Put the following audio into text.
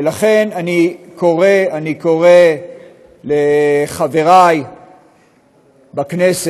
ולכן אני קורא לחברי בכנסת,